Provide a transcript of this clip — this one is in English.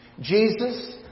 Jesus